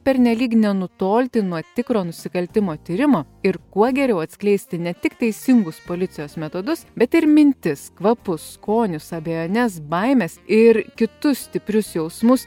pernelyg nenutolti nuo tikro nusikaltimo tyrimo ir kuo geriau atskleisti ne tik teisingus policijos metodus bet ir mintis kvapus skonius abejones baimes ir kitus stiprius jausmus